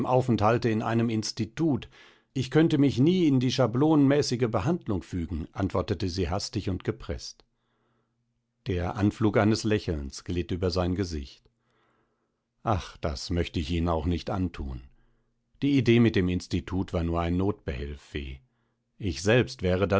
aufenthalte in einem institut ich könnte mich nie in die schablonenmäßige behandlung fügen antwortete sie hastig und gepreßt der anflug eines lächelns glitt über sein gesicht ach das möchte ich ihnen auch nicht anthun die idee mit dem institut war nur ein notbehelf fee ich selbst wäre